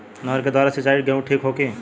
नहर के द्वारा सिंचाई गेहूँ के ठीक होखि?